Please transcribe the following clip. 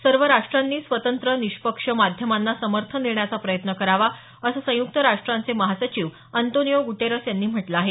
सर्व राष्ट्रांनी स्वतंत्र निष्पक्ष माध्यमांना समर्थन देण्याचा प्रयत्न करावा असं संयुक्त राष्ट्रांचे महासचिव अंतोनियो गुटेरस यांनी म्हटलं आहे